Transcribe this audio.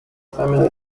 family